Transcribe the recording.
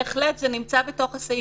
בהחלט, נמצא בתוך הסעיף.